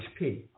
HP